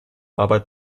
arbeit